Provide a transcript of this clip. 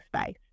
space